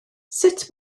sut